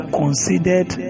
considered